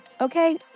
Okay